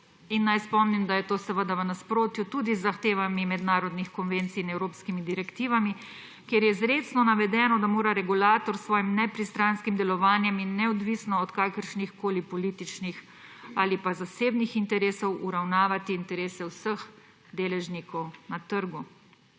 Naj spomnim, da je to v nasprotju tudi z zahtevami mednarodnih konvencij in evropskimi direktivami, kjer je izrecno navedeno, da mora regulator s svojim nepristranskim delovanjem in neodvisno od kakršnih koli političnih ali pa zasebnih interesov uravnavati interese vseh deležnikov na trgu.